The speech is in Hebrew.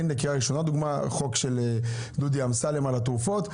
לקריאה ראשונה חוק של דודי אמסלם על התרופות.